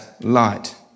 light